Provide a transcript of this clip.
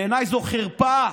בעיניי זו חרפה.